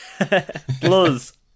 Plus